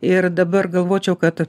ir dabar galvočiau kad